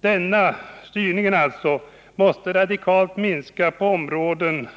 Denna styrning måste redan i dag radikalt minska på olika områden.